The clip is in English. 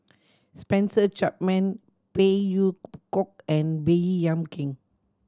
Spencer Chapman Phey Yew Kok and Baey Yam Keng